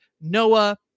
Noah